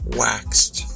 waxed